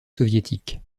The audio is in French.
soviétique